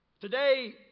Today